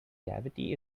cavity